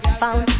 found